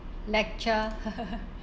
lecture